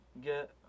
get